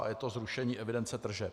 Je to zrušení evidence tržeb.